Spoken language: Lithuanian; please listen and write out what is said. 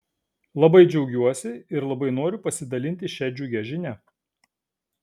labai džiaugiuosi ir labai noriu pasidalinti šia džiugia žinia